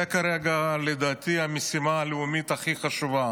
כרגע, לדעתי, זו המשימה הלאומית הכי חשובה.